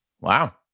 Wow